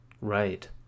right